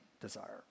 desire